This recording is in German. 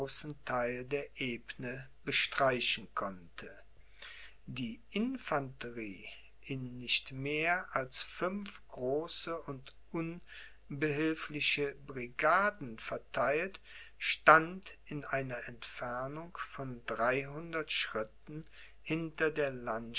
der ebene bestreichen konnte die infanterie in nicht mehr als fünf große und unbehilfliche brigaden vertheilt stand in einer entfernung von dreihundert schritten